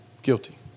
guilty